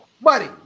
buddy